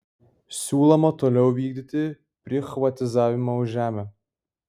siūloma toliau vykdyti prichvatizavimą už žemę